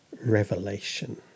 revelation